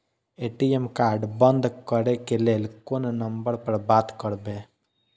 ATM card बंद करे के लेल कोन नंबर पर बात करबे?